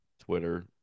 Twitter